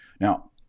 Now